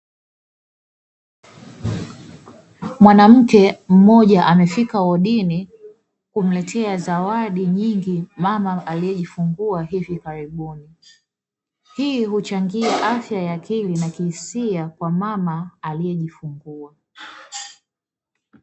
Mwanmke mmoja amefika wodini kumleta zawadi nyingi mama aliyejifungua hivi karibuni. Hii huchangia afya ya akili na kihisia kwa mama aliyejifungua.